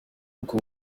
uko